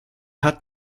hat